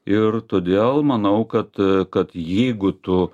ir todėl manau kad kad jeigu tu